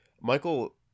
Michael